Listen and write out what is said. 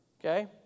Okay